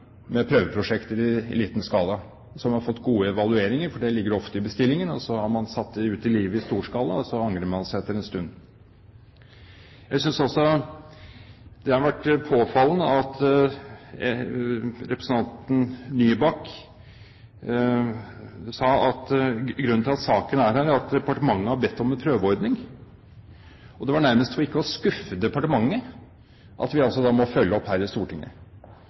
med prøveprosjekter i liten skala, som har fått gode evalueringer, for det ligger ofte i bestillingen, og så har man satt det ut i livet i stor skala, og så angrer man seg etter en stund. Jeg synes også det er påfallende at representanten Nybakk sier at grunnen til at saken er her, er at departementet har bedt om en prøveordning. Det er nærmest for ikke å skuffe departementet at vi altså må følge opp her i Stortinget.